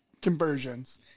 Conversions